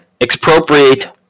Expropriate